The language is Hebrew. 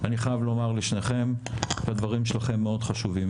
אני חייב לומר לשניכם שהדברים שלכם מאוד חשובים,